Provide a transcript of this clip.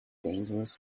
dangerous